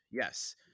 yes